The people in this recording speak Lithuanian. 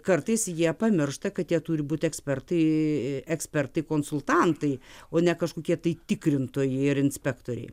kartais jie pamiršta kad jie turi būti ekspertai ekspertai konsultantai o ne kažkokie tai tikrintojai ir inspektoriai